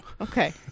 Okay